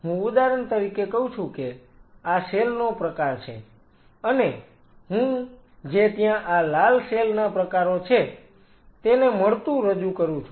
તેથી હું ઉદાહરણ તરીકે કહું છું કે આ સેલ નો પ્રકાર છે અને હું જે ત્યાં આ લાલ સેલ ના પ્રકારો છે તેનું મળતું રજૂ કરું છું